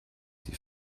die